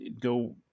Go